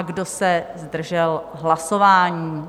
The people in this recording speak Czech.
Kdo se zdržel hlasování?